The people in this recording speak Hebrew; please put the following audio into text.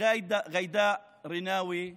וג'ידא רינאוי זועבי.